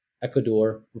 Ecuador